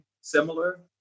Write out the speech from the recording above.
similar